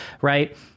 right